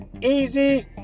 Easy